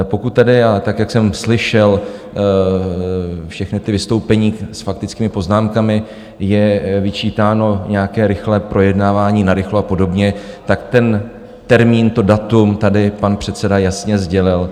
Pokud tedy, jak jsem slyšel všechna ta vystoupení s faktickými poznámkami, je vyčítáno nějaké rychlé projednávání narychlo a podobně, tak ten termín, to datum tady pan předseda jasně sdělil.